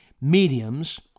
mediums